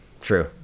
true